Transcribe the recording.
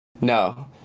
No